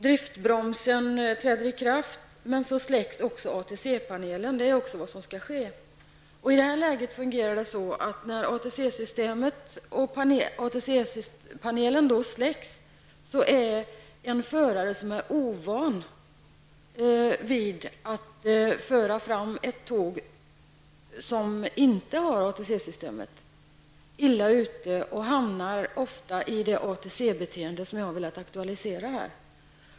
Driftbromsen träder då i kraft, men så släcks också ATC-panelen -- det är också vad som skall ske. När ATC-panelen släcks är en förare som är ovan vid att föra fram ett tåg som har ATC-system illa ute. Han hamnar då ofta i det ATC-beteende som jag här har velat aktualisera.